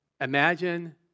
Imagine